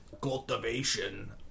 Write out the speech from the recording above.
cultivation